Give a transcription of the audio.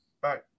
bye